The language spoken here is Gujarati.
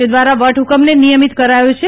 તે દ્વારા વટહુકમને નિયમિત કરાયો છે